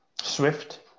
Swift